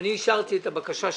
אני אישרתי את הבקשה שלכם,